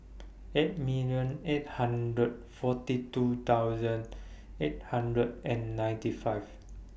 eight million eight hundred forty two thousand eight hundred and ninety five